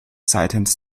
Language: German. seitens